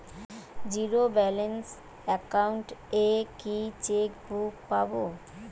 Zero balance account এ কি chequebook পাব?